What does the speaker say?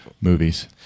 movies